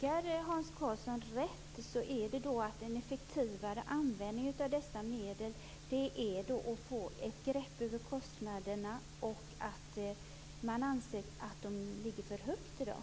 Fru talman! Om jag tolkar Hans Karlsson rätt är en effektivare användning av dessa medel att få ett grepp om kostnaderna, vilka man anser ligger för högt i dag.